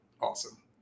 awesome